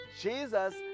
Jesus